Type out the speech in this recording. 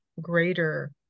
greater